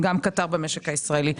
הם גם קטר במשק הישראלי.